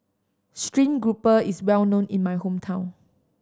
stream grouper is well known in my hometown